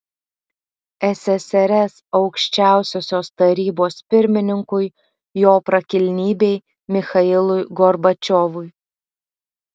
ssrs aukščiausiosios tarybos pirmininkui jo prakilnybei michailui gorbačiovui